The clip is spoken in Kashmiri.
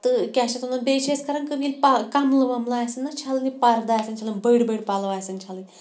تہٕ کیاہ چھِ اَتھ وَنان بیٚیہِ چھِ أسۍ کَران ییٚلہِ کَملہٕ وَملہٕ آسن نہ چھَلنہٕ پَردٕ آسن چھَلٕنۍ بٔڑۍ بٔڑۍ پَلَو آسَن چھَلٕنۍ